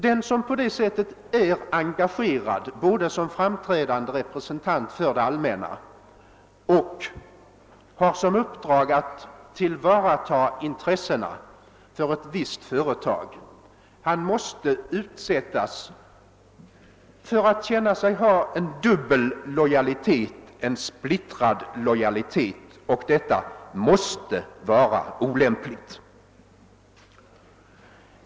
Den som är engagerad både som framträdande representant för det allmänna och samtidigt har i uppdrag att tillvarata intressena för ett visst företag måste känna sig ha en dubbel lojalitet, en splittrad lojalitet, och detta måste vara olämpligt.